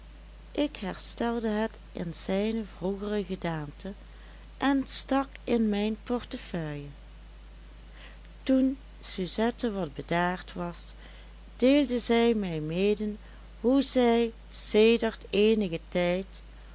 ik herstelde het in zijne vroegere gedaante en stak in mijn portefeuille toen suzette wat bedaard was deelde zij mij mede hoe zij sedert eenigen tijd